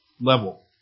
level